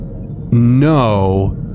no